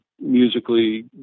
musically